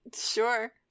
sure